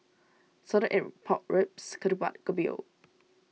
Salted Egg Pork Ribs Ketupat and Kopi O